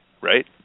right